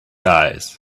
eyes